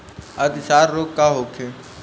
अतिसार रोग का होखे?